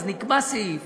אז נקבע סעיף